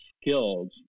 skills